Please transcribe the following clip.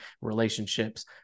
relationships